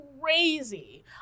crazy